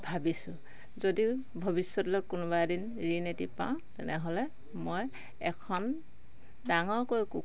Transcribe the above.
ভাবিছোঁ যদিও ভৱিষ্যতলৈ কোনোবা এদিন ঋণ এটি পাওঁ তেনেহ'লে মই এখন ডাঙৰকৈ